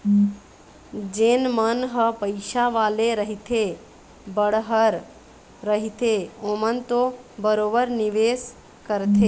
जेन मन ह पइसा वाले रहिथे बड़हर रहिथे ओमन तो बरोबर निवेस करथे